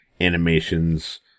animations